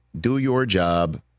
do-your-job